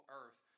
earth